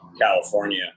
California